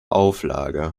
auflage